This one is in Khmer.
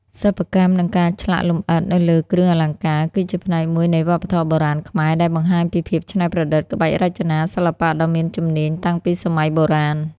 សិប្បកម្ម និងការឆ្លាក់លម្អិតនៅលើគ្រឿងអលង្ការគឺជាផ្នែកមួយនៃវប្បធម៌បុរាណខ្មែរដែលបង្ហាញពីភាពច្នៃប្រឌិត ក្បាច់រចនា សិល្បៈដ៏មានជំនាញតាំងពីសម័យបុរាណ។